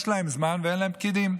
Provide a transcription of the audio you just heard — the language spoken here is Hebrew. יש להם זמן, ואין להם פקידים.